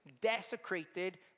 desecrated